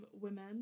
women